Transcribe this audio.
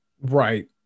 Right